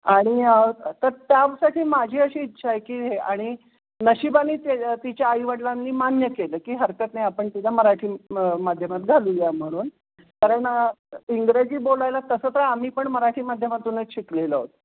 आणि तर त्यासाठी माझी अशी इच्छा आहे की हे आणि नशिबाने ति तिच्या आईवडिलांनी मान्य केलं की हरकत नाही आपण तिला मराठी मं माध्यमात घालूया म्हणून कारण इंग्रजी बोलायला तसं तर आम्ही पण मराठी माध्यमातूनच शिकलेलो आहोत